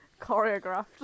Choreographed